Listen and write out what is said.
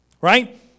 right